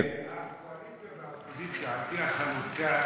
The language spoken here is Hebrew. הקואליציה והאופוזיציה, על-פי החלוקה,